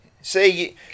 See